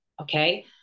okay